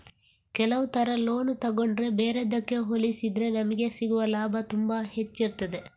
ಕೆಲವು ತರ ಲೋನ್ ತಗೊಂಡ್ರೆ ಬೇರೆದ್ದಕ್ಕೆ ಹೋಲಿಸಿದ್ರೆ ನಮಿಗೆ ಸಿಗುವ ಲಾಭ ತುಂಬಾ ಹೆಚ್ಚಿರ್ತದೆ